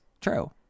true